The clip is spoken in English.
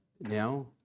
now